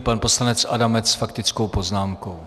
Pan poslanec Adamec s faktickou poznámkou.